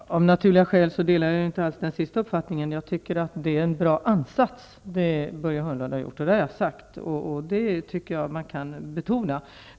Herr talman! Av naturliga skäl delar jag inte alls den uppfattning som arbetsmarknadsministern förde fram nu senast. Jag tycker att det är en bra ansats som Börje Hörnlund har gjort, och det har jag sagt. Det tycker jag att man kan betona.